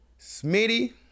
Smitty